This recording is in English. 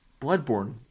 bloodborne